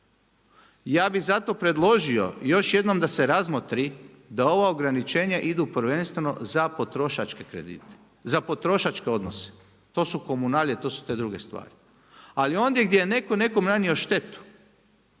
Ja bih zato predložio još jednom da se razmotri da ova ograničenja idu prvenstveno za potrošačke kredite, za potrošačke odnose. To su komunalije, to su te druge stvari. Ali ondje gdje je netko nekome nanio štetu,